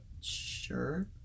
Sure